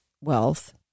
wealth